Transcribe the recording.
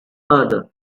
other